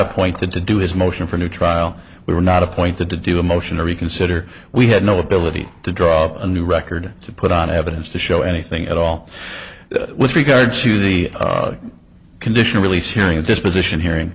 appointed to do his motion for a new trial we were not appointed to do a motion to reconsider we had no ability to draw a new record to put on evidence to show anything at all with regard to the conditional release hearing a disposition hearing